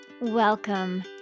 Welcome